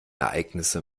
ereignisse